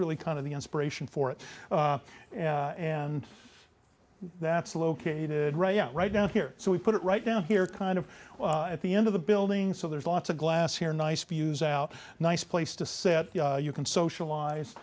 really kind of the inspiration for it and that's located right yeah right down here so we put it right down here kind of at the end of the building so there's lots of glass here nice views out nice place to set you can